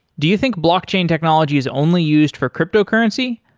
do you think blockchain technology is only used for cryptocurrency?